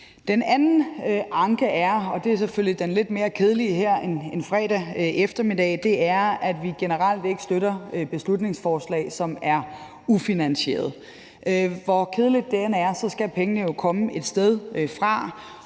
Den anden anke, og det er selvfølgelig den lidt mere kedelige her en fredag eftermiddag, angår finansieringen. Vi støtter generelt ikke beslutningsforslag, som er ufinansierede. Hvor kedeligt det end lyder, skal pengene jo komme et sted fra,